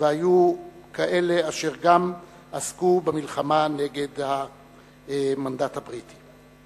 והיו כאלה אשר גם עסקו במלחמה נגד המנדט הבריטי.